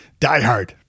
Diehard